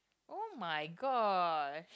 oh-my-god